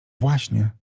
właśnie